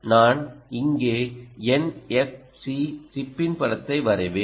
நான் இங்கே என்எப்சி சிப்பின் படத்தை வரைவேன்